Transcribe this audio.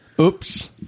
Oops